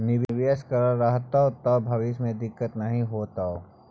निवेश करल रहतौ त भविष्य मे दिक्कत नहि हेतौ